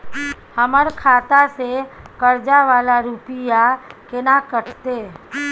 हमर खाता से कर्जा वाला रुपिया केना कटते?